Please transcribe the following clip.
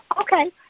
Okay